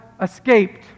escaped